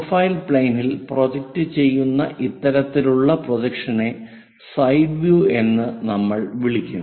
profile പ്ലെയിനിൽ project ചെയ്യുന്ന ഇത്തരത്തിലുള്ള പ്രൊജക്ഷനെ സൈഡ് വ്യൂ എന്ന് നമ്മൾ വിളിക്കും